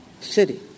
city